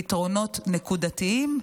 פתרונות נקודתיים,